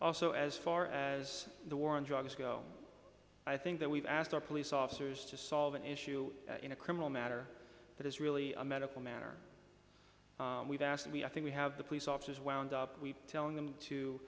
also as far as the war on drugs go i think that we've asked our police officers to solve an issue in a criminal matter that is really a medical matter we've asked me i think we have the police officers wound up telling them to